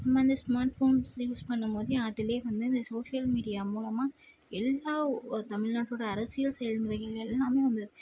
நம்ம அந்த smart phones use பண்ணும்போது அதிலே வந்து இந்த சோஷியல் மீடியா மூலமாக எல்லா ஓர் தமிழ்நாட்டோட அரசியல் செயல்முறைகள் எல்லாமே அந்த